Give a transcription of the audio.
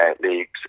League's